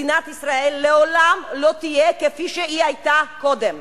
מדינת ישראל לעולם לא תהיה כפי שהיא היתה קודם.